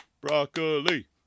broccoli